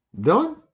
Done